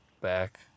Back